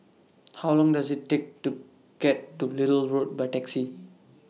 How Long Does IT Take to get to Little Road By Taxi